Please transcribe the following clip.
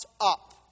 up